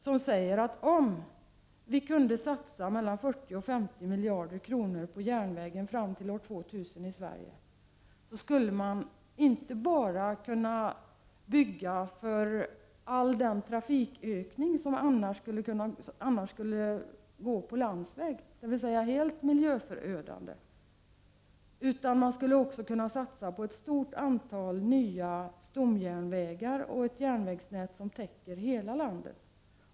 Han säger att om vi i Sverige kunde satsa mellan 40 och 50 miljarder kronor på järnvägen fram till år 2000, skulle man inte bara kunna bygga för all den trafikökning som annars skulle gå på landsväg och som är helt miljöförödande, utan man skulle också kunna satsa på ett stort antal nya stomjärnvägar och ett järnvägsnät som täcker hela landet.